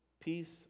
Peace